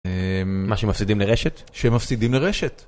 מה שהם מפסידים לרשת? שהם מפסידים לרשת.